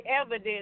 evidence